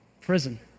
Prison